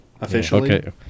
officially